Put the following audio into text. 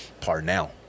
Parnell